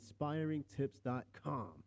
inspiringtips.com